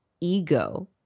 ego